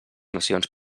nacions